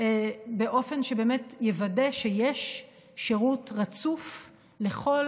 באופן שבאמת יוודא שיש שירות רצוף לכל